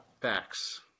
Facts